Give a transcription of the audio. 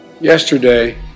Yesterday